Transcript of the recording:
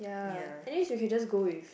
ya anyways you can just go with